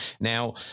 Now